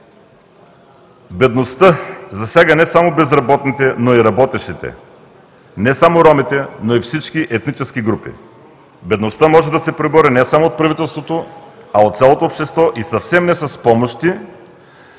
Бедността засяга не само безработните, но и работещите, не само ромите, но и всички етнически групи. Бедността може да се пребори не само от правителството, а от цялото общество и съвсем не с помощи,